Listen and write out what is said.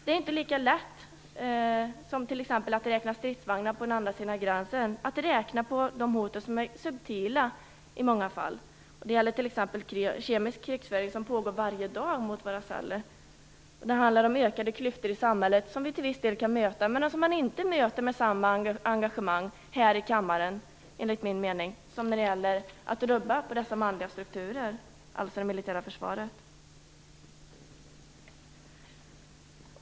Det är inte lika lätt att räkna på de hot som i många fall är subtila som det är att t.ex. räkna stridsvagnar på andra sidan gränsen. Det gäller t.ex. kemisk krigföring, som pågår varje dag mot våra celler. Det handlar om ökade klyftor i samhället, som vi till viss del kan möta, men som man enligt min mening inte möter med samma engagemang här i kammaren som när det handlar om att dessa manliga strukturer rubbas, alltså det militära försvaret.